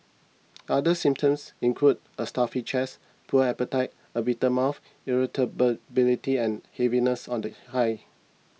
other symptoms include a stuffy chest poor appetite a bitter mouth ability and heaviness of the hide